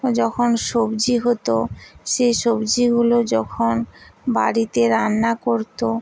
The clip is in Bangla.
যখন সবজি হতো সে সবজিগুলো যখন বাড়িতে রান্না করত